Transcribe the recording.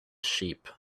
sheep